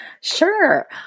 Sure